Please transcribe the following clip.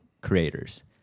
creators